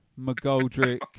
McGoldrick